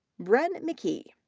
brenn mckee.